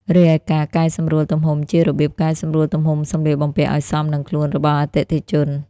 រីឯការកែសម្រួលទំហំជា របៀបកែសម្រួលទំហំសម្លៀកបំពាក់ឱ្យសមនឹងខ្លួនរបស់អតិថិជន។